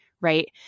Right